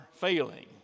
Failing